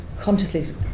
consciously